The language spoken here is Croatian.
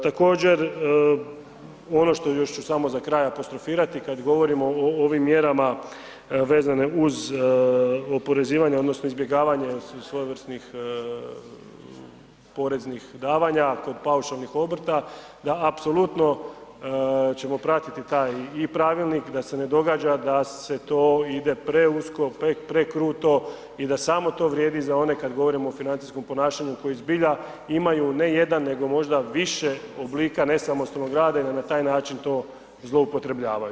Također, ono što još ću samo za kraj apostrofirati, kad govorimo o ovim mjerama vezene uz oporezivanja odnosno izbjegavanje svojevrsnih poreznih davanja kod paušalnih obrta, da apsolutno ćemo pratiti taj i pravilnik, da se ne događa da se to ide preusko, prekruto i da samo to vrijedi za one kad govorimo o financijskom ponašanju koji zbilja imaju ne jedan nego možda više oblika nesamostalnog rada i da na taj način to zloupotrebljavaju.